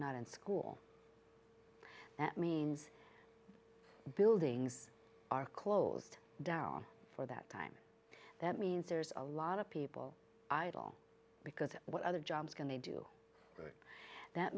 not in school that means buildings are closed down for that time that means there's a lot of people idle because what other jobs going to do that